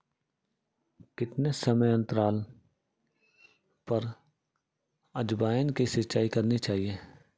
कितने समयांतराल पर अजवायन की सिंचाई करनी चाहिए?